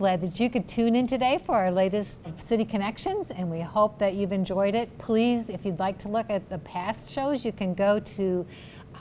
glad that you could tune in today for our latest city connections and we hope that you've enjoyed it please if you'd like to look at the past shows you can go to